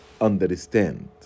understand